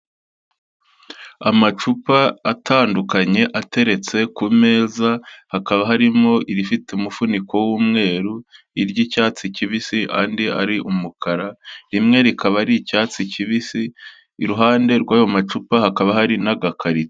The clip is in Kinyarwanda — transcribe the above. Amacupa atandukanye ateretse ku meza hakaba, harimo irifite umufuniko w'umweru, iry'icyatsi kibisi andi ari umukara, rimwe rikaba ari icyatsi kibisi, iruhande rw'ayo macupa hakaba hari n'agakarito.